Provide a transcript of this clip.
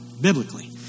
biblically